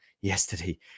yesterday